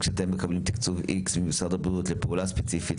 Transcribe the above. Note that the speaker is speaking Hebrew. כשאתם מקבלים תקצוב X ממשרד הבריאות לפעולה ספציפית,